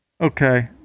Okay